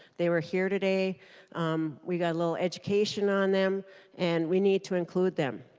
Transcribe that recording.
they were here today um we got a little education on them and we need to include them.